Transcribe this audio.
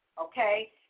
okay